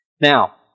Now